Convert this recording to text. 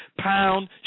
pound